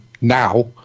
now